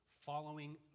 following